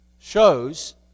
shows